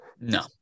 No